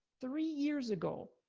three years ago,